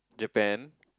Japan